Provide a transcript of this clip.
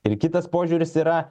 ir kitas požiūris yra